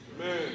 Amen